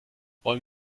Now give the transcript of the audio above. wollen